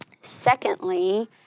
Secondly